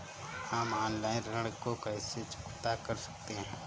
हम ऑनलाइन ऋण को कैसे चुकता कर सकते हैं?